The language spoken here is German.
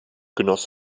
genoss